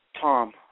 Tom